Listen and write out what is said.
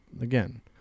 again